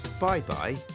Bye-bye